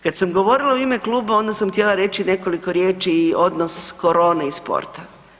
Kad sam govorila u ime kluba onda sam htjela reći nekoliko riječi i odnos korone i sporta.